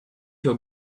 your